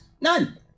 None